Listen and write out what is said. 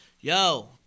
Yo